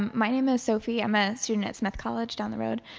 my name is sophie. i'm a student at smith college down the road.